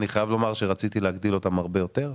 אני חייב לומר שרציתי להגדיל אותם הרבה יותר.